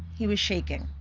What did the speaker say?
he was shaking.